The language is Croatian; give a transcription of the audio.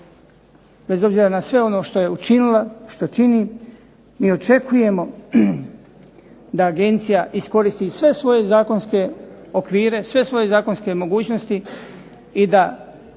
bez obzira na sve ono što je učinila i što čini mi očekujemo da agencija iskoristi sve svoje zakonske okvire, sve svoje zakonske mogućnosti i da